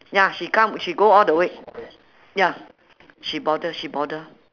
ya she come she go all the way ya she bother she bother